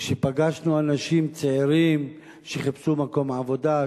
כשפגשנו אנשים צעירים שחיפשו מקום עבודה,